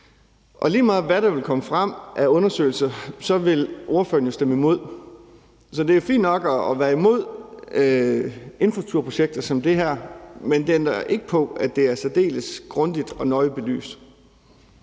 Og lige meget, hvad der vil komme frem af undersøgelser, vil ordføreren jo stemme imod. Så det er fint nok at være imod infrastrukturprojekter som det her, men det ændrer ikke på, at det er særdeles grundigt og nøje belyst.